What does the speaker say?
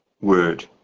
word